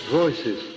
voices